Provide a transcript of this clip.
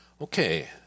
Okay